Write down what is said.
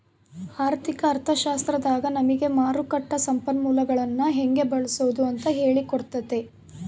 ಆರ್ಥಿಕ ಅರ್ಥಶಾಸ್ತ್ರದಾಗ ನಮಿಗೆ ಮಾರುಕಟ್ಟ ಸಂಪನ್ಮೂಲಗುಳ್ನ ಹೆಂಗೆ ಬಳ್ಸಾದು ಅಂತ ಹೇಳಿ ಕೊಟ್ತತೆ